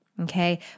Okay